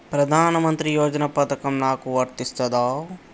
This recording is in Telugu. ప్రధానమంత్రి యోజన పథకం నాకు వర్తిస్తదా?